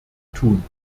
tun